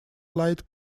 light